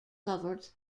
covered